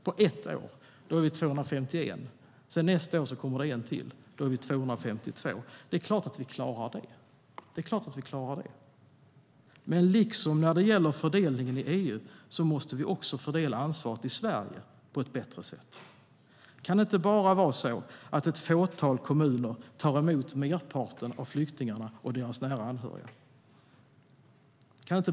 Då blir vi 251. Nästa år kommer det en till. Då är vi 252. Det är klart att vi klarar det. Men liksom när det gäller fördelningen i EU måste vi fördela ansvaret i Sverige på ett bättre sätt. Det kan inte vara så att bara ett fåtal kommuner tar emot merparten av flyktingarna och deras nära anhöriga.